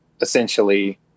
essentially